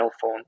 phone